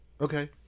Okay